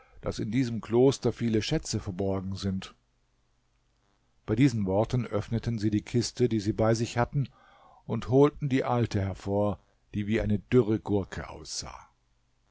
daß in diesem kloster viele schätze verborgen sind bei diesen worten öffneten sie die kiste die sie bei sich hatten und holten die alte hervor die wie eine dürre gurke aussah